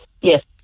yes